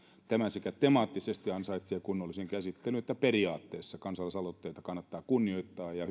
tämä temaattisesti ansaitsee kunnollisen käsittelyn ja periaatteessa kansalaisaloitteita kannattaa kunnioittaa ja